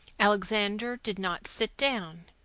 alexander did not sit down.